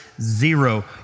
zero